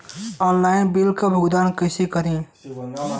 Online bill क भुगतान कईसे करी?